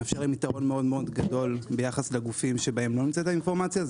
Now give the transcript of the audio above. מאפשר להם יתרון מאוד גדול ביחס לגופים שבהם לא נמצאת האינפורמציה.